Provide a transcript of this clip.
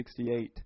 1968